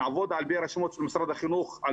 נעבוד על פי הרשימות של משרד החינוך ועל